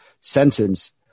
sentence